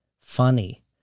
funny